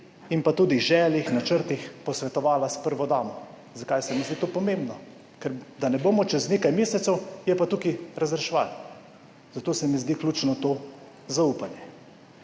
in pa tudi želja načrtih posvetovala s prvo damo. Zakaj se mi zdi to pomembno, ker da ne bomo čez nekaj mesecev je pa tukaj razreševali. Zato se mi zdi ključno to zaupanje.